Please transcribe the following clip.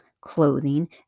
clothing